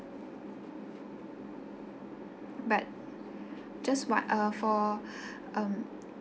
but just one uh for um